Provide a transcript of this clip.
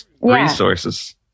Resources